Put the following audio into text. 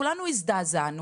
כולנו הזדעזענו.